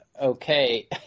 okay